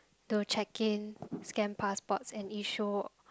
to check in scan passport and issue